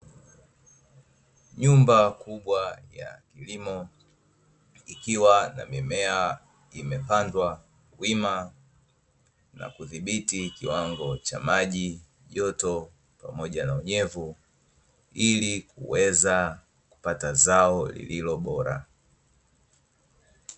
Nyumba kubwa ya kilimo ikiwa na mimea imepandwa wima, na kudhibiti kiwango cha: maji, joto pamoja na unyevu; ili kuweza kupata zao lililo bora.